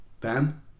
Dan